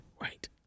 right